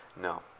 No